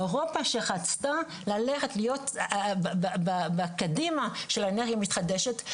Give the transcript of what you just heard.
אירופה שרצתה ללכת להיות בקידמה של האנרגיה המתחדשת,